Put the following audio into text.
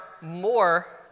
more